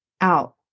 out